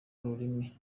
ururimi